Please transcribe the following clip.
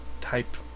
type